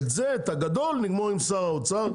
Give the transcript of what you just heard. את הגדול נגמור עם שר האוצר,